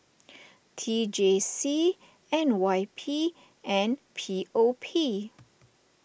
T J C N Y P and P O P